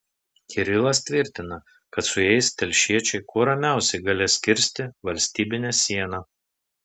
kirilas tvirtina kad su jais telšiečiai kuo ramiausiai galės kirsti valstybinę sieną